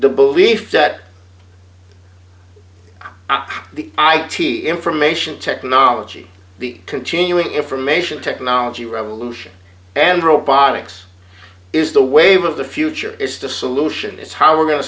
belief that the i t information technology the continuing information technology revolution and robotics is the wave of the future is the solution is how we're going to